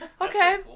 Okay